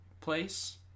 place